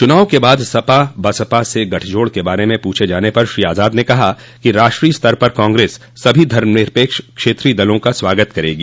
चूनाव के बाद सपा बसपा से गठजोड़ के बारे में पूछे जाने पर श्री आज़ाद ने कहा कि राष्ट्रीय स्तर पर कांग्रेस सभी धमनिरपेक्ष क्षेत्रीय दलों का स्वागत करेगी